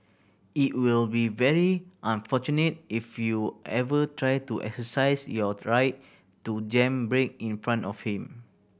it will be very unfortunate if you ever try to exercise your right to jam brake in front of him